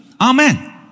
Amen